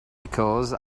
because